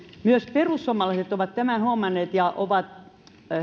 myös perussuomalaiset ovat tämän huomanneet ja ovat